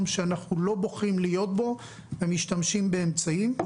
שאנחנו לא בוחרים להיות בו ומשתמשים באמצעים.